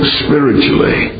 spiritually